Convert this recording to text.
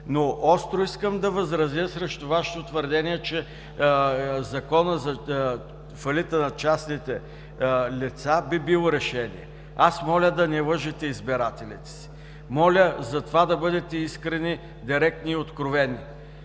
Остро искам да възразя срещу Вашето твърдение, че Законът за фалита на частните лица би бил решение. Аз моля да не лъжете избирателите си! Моля да бъдете искрени, директни и откровени!